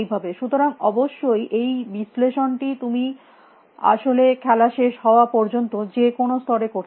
সুতরাং অবশ্যই এই বিশ্লেষণটি তুমি আসলে খেলা শেষ হওয়া পর্যন্ত যে কোনো স্তরে করতে পারো